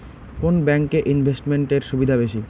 কোন ব্যাংক এ ইনভেস্টমেন্ট এর সুবিধা বেশি?